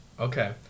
Okay